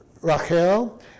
Rachel